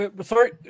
sorry